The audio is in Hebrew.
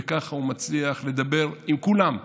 וככה הוא מצליח לדבר עם כולם,